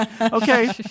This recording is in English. okay